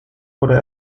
oder